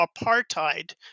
apartheid